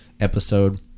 episode